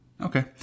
Okay